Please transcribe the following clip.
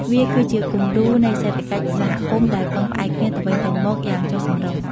វាគឺជាគំរូនៃសេដ្ឋកិច្ចសហគមន៍ដែលពឹងផ្អែកគ្នាទៅវិញទៅមកយ៉ាងចុះសម្រុង។